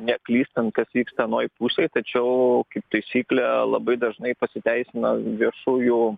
neklystant kas vyksta anoj pusėj tačiau kaip taisyklė labai dažnai pasiteisina viešųjų